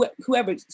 whoever